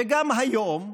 וגם היום,